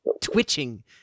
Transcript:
twitching